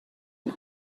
نمی